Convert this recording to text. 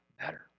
better